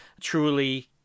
truly